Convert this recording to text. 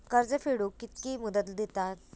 कर्ज फेडूक कित्की मुदत दितात?